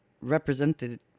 represented